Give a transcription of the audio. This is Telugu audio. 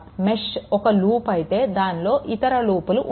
మెష్ ఒక లూప్ అయితే దానిలోని ఇతర లూప్లు ఉండవు